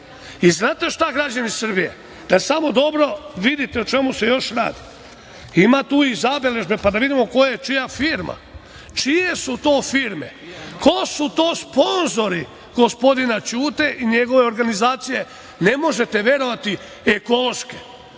znate šta, građani Srbije, da samo dobro vidite o čemu se još radi. Ima tu i zabeležbe, pa da vidimo koja je čija firma. Čije su to firme? Ko su to sponzori gospodina Ćute i njegove organizacije? Ne možete verovati, ekološke.